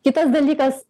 kitas dalykas